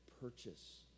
purchase